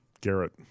Garrett